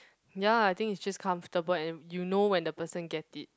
ya I think it's just comfortable and you know when the person get it